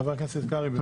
חבר הכנסת קרעי, בבקשה.